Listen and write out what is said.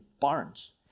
barns